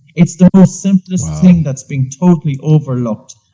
it's the most simplest thing that's been totally overlooked,